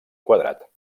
quadrat